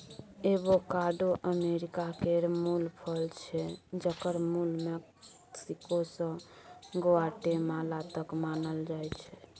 avocado America केर मुल फल छै जकर मुल मैक्सिको सँ ग्वाटेमाला तक मानल जाइ छै